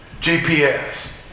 GPS